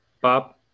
Bob